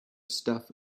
stuff